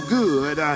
good